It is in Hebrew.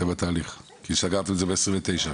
אתה בתהליך, כי סגרת את זה בעשרים ותשע?